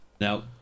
now